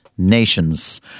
Nations